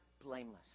blameless